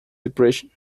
depression